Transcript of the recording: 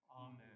Amen